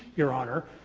your honor,